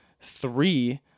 Three